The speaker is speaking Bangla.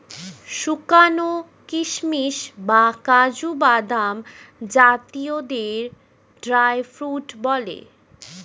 শুকানো কিশমিশ বা কাজু বাদাম জাতীয়দের ড্রাই ফ্রুট বলে